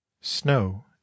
Snow